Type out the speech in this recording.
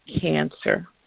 cancer